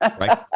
Right